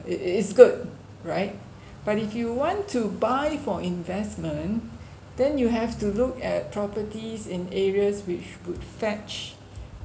it is good right but if you want to buy for investment then you have to look at properties in areas which would fetch